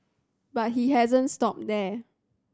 but he hasn't stopped there